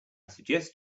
suggest